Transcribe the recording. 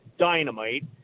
dynamite